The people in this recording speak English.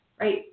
right